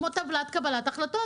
כמו בטבלת קבלת החלטות.